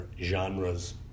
genres